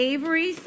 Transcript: Avery